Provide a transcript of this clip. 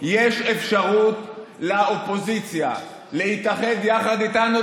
יש אפשרות לאופוזיציה להתאחד יחד איתנו,